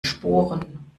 sporen